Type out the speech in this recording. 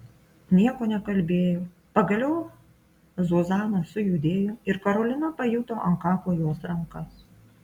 nieko nekalbėjo pagaliau zuzana sujudėjo ir karolina pajuto ant kaklo jos rankas